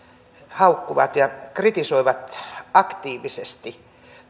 haukkuvat ja kritisoivat aktiivisesti